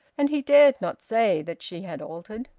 and he dared not say that she had altered.